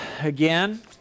again